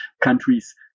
countries